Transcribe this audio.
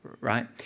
right